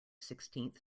sixteenth